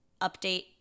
update